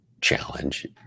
challenge